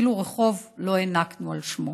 אפילו רחוב לא קראנו על שמו.